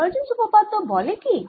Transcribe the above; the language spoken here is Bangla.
ডাইভারজেন্স উপপাদ্য বলে কি